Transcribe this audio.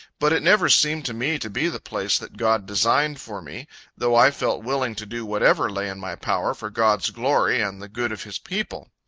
but it never seemed to me to be the place that god designed for me though i felt willing to do whatever lay in my power for god's glory and the good of his people.